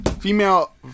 Female